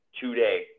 today